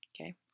Okay